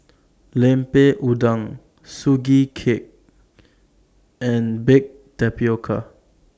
Lemper Udang Sugee Cake and Baked Tapioca